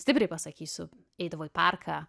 stipriai pasakysiu eidavo į parką